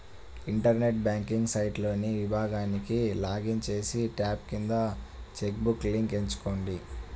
internet banking సైట్లోని విభాగానికి login చేసి, ట్యాబ్ కింద చెక్ బుక్ లింక్ ఎంచుకోండి